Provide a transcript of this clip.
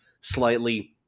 slightly